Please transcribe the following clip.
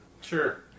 Sure